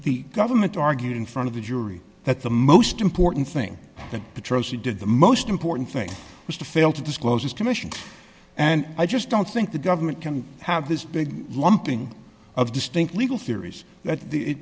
the government argued in front of the jury that the most important thing that the trophy did the most important thing was to fail to disclose this commission and i just don't think the government can have this big lumping of distinct legal theories that the